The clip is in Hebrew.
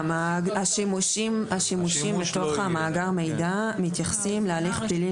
השימושים מתוך מאגר המידע מתייחסים להליך פלילי